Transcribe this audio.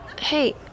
Hey